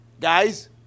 guys